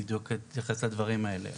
בדיוק אתייחס לדברים האלה.